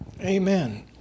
Amen